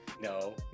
no